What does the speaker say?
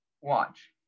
watch